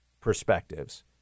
perspectives